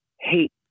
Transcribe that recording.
hate